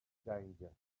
danger